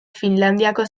finlandiako